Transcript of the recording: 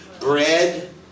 bread